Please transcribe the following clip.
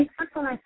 exercise